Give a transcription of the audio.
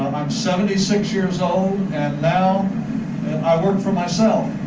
i'm seventy six years old and now i work for myself.